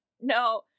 no